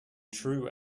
true